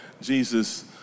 Jesus